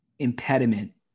impediment